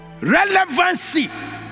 relevancy